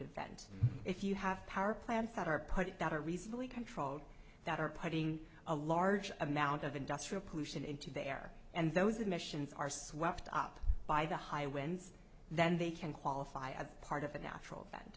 event if you have power plants that are put that are reasonably controlled that are putting a large amount of industrial pollution into the air and those emissions are swept up by the high winds then they can qualify as part of a natural